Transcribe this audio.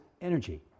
energy